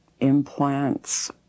implants